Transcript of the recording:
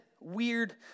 weird